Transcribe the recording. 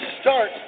start